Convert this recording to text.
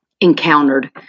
encountered